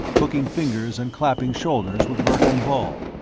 hooking fingers and clapping shoulders with verkan vall.